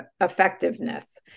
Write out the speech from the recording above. effectiveness